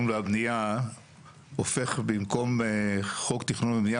והבנייה הופך במקום חוק תכנון ובנייה,